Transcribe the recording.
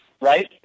right